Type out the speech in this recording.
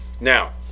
Now